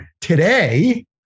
today